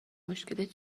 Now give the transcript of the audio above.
مشکل